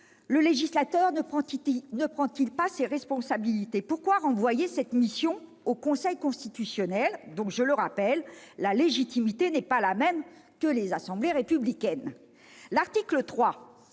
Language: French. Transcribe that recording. le législateur ne prend-il pas ses responsabilités ? Pourquoi renvoyer cette mission au Conseil constitutionnel, dont, je le rappelle, la légitimité n'est pas la même que celle des assemblées républicaines ? L'article 3,